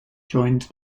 joined